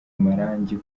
amarangi